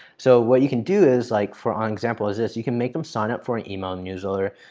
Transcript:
so, what you can do is like for an example is this. you can make em sign up for an email newsletter.